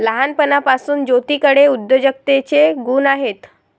लहानपणापासून ज्योतीकडे उद्योजकतेचे गुण आहेत